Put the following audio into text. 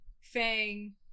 Fang